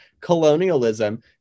colonialism